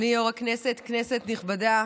אדוני יו"ר הכנסת, כנסת נכבדה,